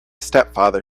stepfather